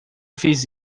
fiz